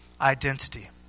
identity